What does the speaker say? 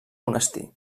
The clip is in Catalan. monestir